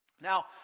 Now